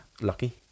lucky